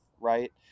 Right